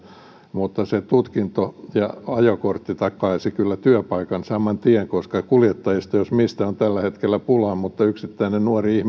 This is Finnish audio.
mutta se tutkinto ja ajokortti takaisivat kyllä työpaikan saman tien koska kuljettajista jos mistä on tällä hetkellä pulaa mutta yksittäinen nuori